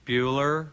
Bueller